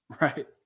Right